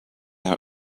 out